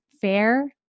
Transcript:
fair